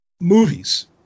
movies